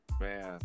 Man